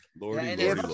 lordy